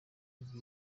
ariko